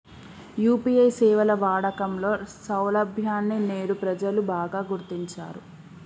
UPI సేవల వాడకంలో సౌలభ్యాన్ని నేడు ప్రజలు బాగా గుర్తించారు